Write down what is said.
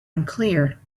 unclear